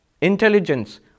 intelligence